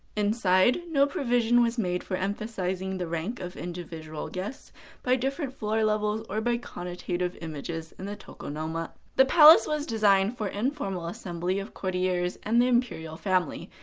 inside, no provision was made for emphasizing the rank of individual guests by different floor levels or by connotative images in the tokonoma. the palace was designed for the informal assembly of courtiers and the imperial family,